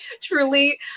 truly